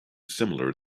similar